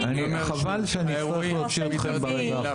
חבל שאני אצטרך להוציא אתכם ברגע האחרון.